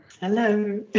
Hello